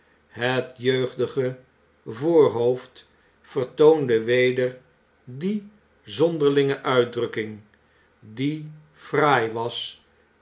het jeugdige voorhoofd vertoonde weder die zonderlinge uitdrukking die fraai was